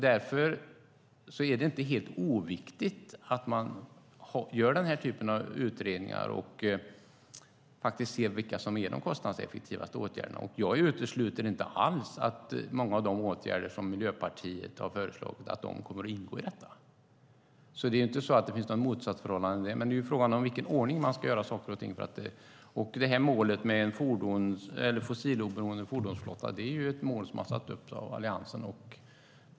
Därför är det inte helt oviktigt att göra denna typ av utredningar för att se vilka åtgärder som är mest kostnadseffektiva. Jag utesluter inte alls att många av de åtgärder som Miljöpartiet har föreslagit kommer att ingå i detta. Där finns det inte något motsatsförhållande. Men frågan är i vilken ordning man ska göra saker och ting. Målet om en fossiloberoende fordonsflotta är ett mål som har satts upp av Alliansen.